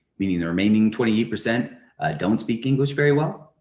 meaning the remaining twenty eight percent don't speak english very well.